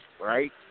right